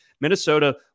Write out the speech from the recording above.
Minnesota